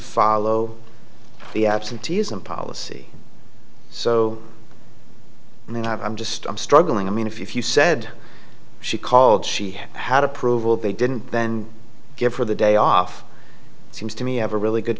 follow the absenteeism policy so and i'm just i'm struggling i mean if you said she called she had had approval they didn't then give her the day off seems to me have a really good